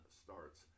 starts